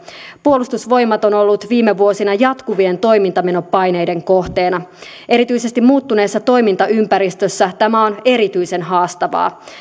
puolustusvoimat on ollut viime vuosina jatkuvien toimintamenopaineiden kohteena erityisesti muuttuneessa toimintaympäristössä tämä on erityisen haastavaa